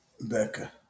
Becca